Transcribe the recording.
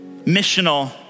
missional